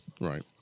right